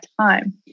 time